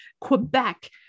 Quebec